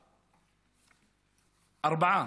רפואה, ארבעה.